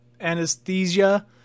anesthesia